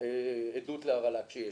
עדות להרעלה כשיש.